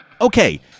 okay